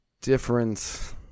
difference